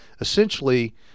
essentially